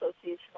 Association